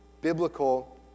biblical